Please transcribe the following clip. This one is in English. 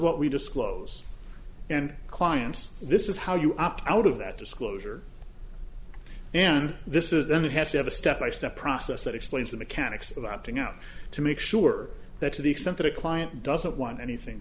what we disclose and clients this is how you opt out of that disclosure and this is then it has to have a step by step process that explains the mechanics of opting out to make sure that to the extent that a client doesn't want anything